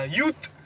youth